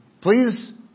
Please